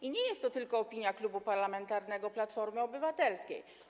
I nie jest to tylko opinia Klubu Parlamentarnego Platforma Obywatelska.